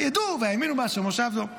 ידעו והאמינו בה' ובמשה עבדו.